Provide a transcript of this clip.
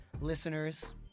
listeners